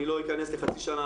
אני לא אכנס לחצי שנה,